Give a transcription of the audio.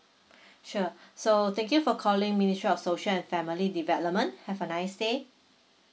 sure so thank you for calling ministry of social and family development have a nice day